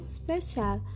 special